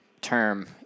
term